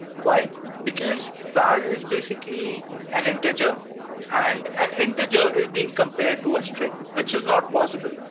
why? because val is basically an integer and an integer is being compared to a string which is not possible,